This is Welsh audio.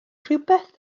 rhywbeth